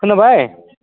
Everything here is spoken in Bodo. खोनाबाय